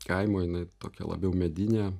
kaimo jinai tokia labiau medinė